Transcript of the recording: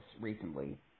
recently